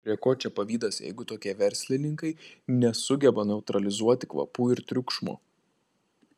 prie ko čia pavydas jeigu tokie verslininkai nesugeba neutralizuoti kvapų ir triukšmo